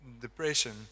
depression